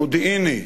המודיעיני,